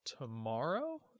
tomorrow